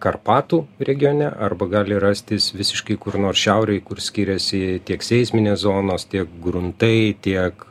karpatų regione arba gali rastis visiškai kur nors šiaurėj kur skiriasi tiek seisminės zonos tiek gruntai tiek